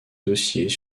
dossiers